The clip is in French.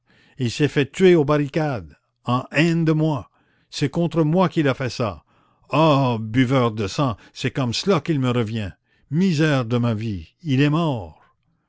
il s'est fait tuer aux barricades en haine de moi c'est contre moi qu'il a fait ça ah buveur de sang c'est comme cela qu'il me revient misère de ma vie il est mort